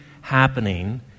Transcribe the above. happening